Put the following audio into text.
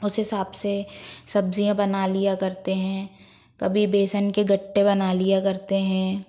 उस हिसाब से सब्जियाँ बना लिया करते हैं कभी बेसन के गट्टे बना लिया करते हैं